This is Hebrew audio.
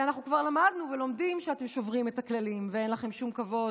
ואנחנו כבר למדנו ולומדים שאתם שוברים את הכללים ואין לכם שום כבוד,